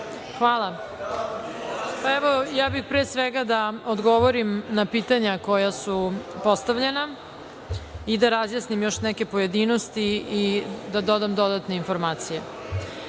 Hvala. Ja bih pre svega da odgovorim na pitanja koja su postavljena i da razjasnim još neke pojedinosti i da dodam dodatne informacije. Što